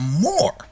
more